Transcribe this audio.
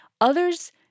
Others